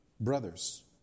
brothers